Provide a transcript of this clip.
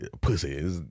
pussy